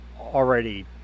Already